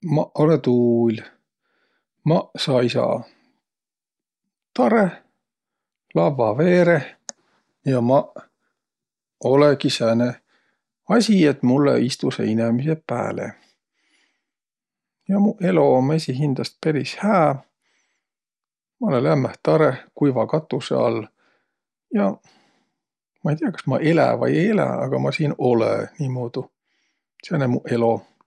Maq olõ tuul. Maq saisa tarõh lavva veereh ja maq olõgi sääne asi, et mullõ istusõq inemiseq pääle. Ja mu elo um esiqhindäst peris hää. Ma olõ lämmäh tarõh kuiva katusõ all. Ja ma ei tiiäq, kas ma elä vai ei eläq, a ma siin olõniimuudu. Sääne um mu elo.